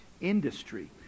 industry